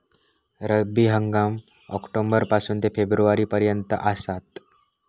रब्बी हंगाम ऑक्टोबर पासून ते फेब्रुवारी पर्यंत आसात